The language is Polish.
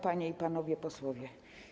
Panie i Panowie Posłowie!